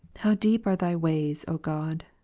how deep are thy ways, o god,